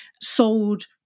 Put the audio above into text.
sold